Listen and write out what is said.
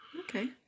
Okay